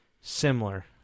similar